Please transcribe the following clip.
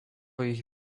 ich